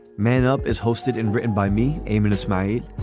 man up is hosted and written by me. aimless night.